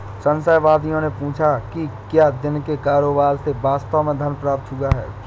संशयवादियों ने पूछा कि क्या दिन के कारोबार से वास्तव में धन प्राप्त हुआ है